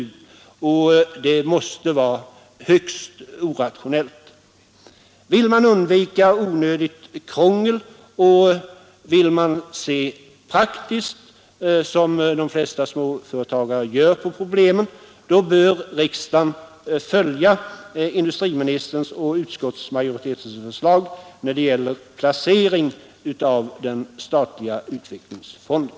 Detta måste vara högst orationellt. Om man vill undvika onödigt krångel och se praktiskt på problemen, som de flesta småföretagare gör, så bör riksdagen följa industriministerns och utskottsmajoritetens förslag när det gäller placering av den statliga utvecklingsfonden.